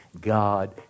God